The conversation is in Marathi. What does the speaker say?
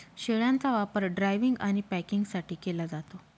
शेळ्यांचा वापर ड्रायव्हिंग आणि पॅकिंगसाठी केला जातो